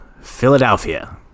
Philadelphia